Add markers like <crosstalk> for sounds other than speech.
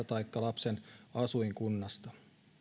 <unintelligible> taikka lapsen asuinkunnasta